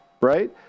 right